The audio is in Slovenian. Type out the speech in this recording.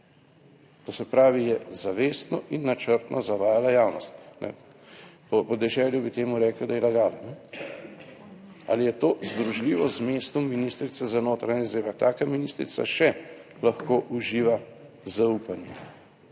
To se pravi je zavestno in načrtno zavajala javnost. Po podeželju bi temu rekli, da je lagala. Ali je to združljivo z mestom ministrice za notranje zadeve? Taka ministrica še lahko uživa zaupanje?